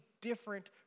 different